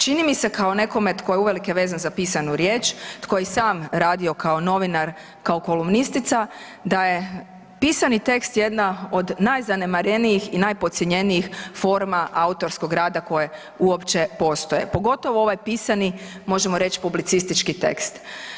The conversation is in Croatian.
Čini mi se kao nekome tko je uvelike vezan za pisanu riječ, tko je i sam radio kao novinar, kao kolumnistica, da je pisani tekst jedna od najzanemarenijih i najpodcijenjenijih forma autorskog rada koje uopće postoje, pogotovo ovaj pisani možemo reći publicistički tekst.